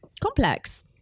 complex